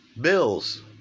Bill's